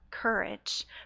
courage